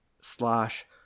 slash